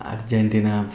Argentina